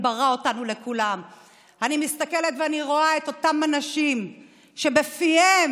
אני תקופה ארוכה סותמת את פי וממלאת פי מים.